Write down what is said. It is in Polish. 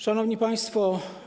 Szanowni Państwo!